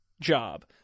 job